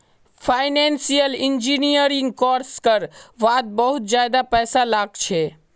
financial engineering course कर वात बहुत ज्यादा पैसा लाग छे